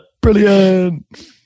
Brilliant